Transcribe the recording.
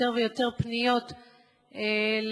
יותר ויותר פניות להפרדה,